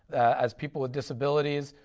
as people with disabilities,